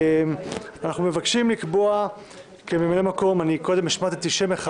אנחנו מבקשים לקבוע כממלא מקום קודם אני השמטתי שם אחד